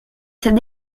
ses